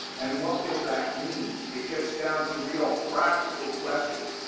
and what will that mean, it gets down to real practical questions.